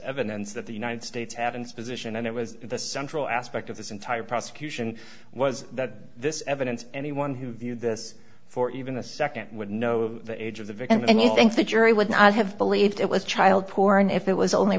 evidence that the united states have its position and it was the central aspect of this entire prosecution was that this evidence anyone who viewed this for even a second would know the age of the vick and you think the jury would not have believed it was child porn if it was only